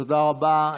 תודה רבה.